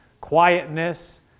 quietness